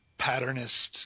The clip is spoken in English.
patternist